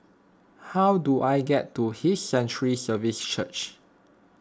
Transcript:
how do I get to His Sanctuary Services Church